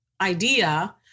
idea